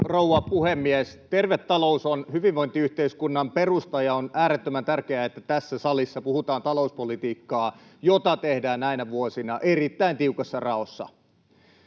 rouva puhemies! Terve talous on hyvinvointiyhteiskunnan perusta, ja on äärettömän tärkeää, että tässä salissa puhutaan talouspolitiikkaa, jota tehdään näinä vuosina erittäin tiukassa raossa.